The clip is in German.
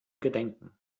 gedenken